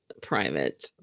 private